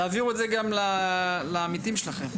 תעבירו את זה גם לעמיתים שלכם: